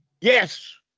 Yes